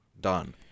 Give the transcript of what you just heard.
Done